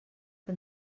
que